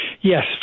Yes